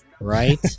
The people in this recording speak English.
right